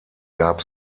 gab